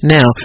Now